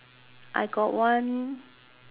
I got one